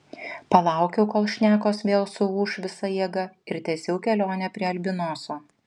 palaukiau kol šnekos vėl suūš visa jėga ir tęsiau kelionę prie albinoso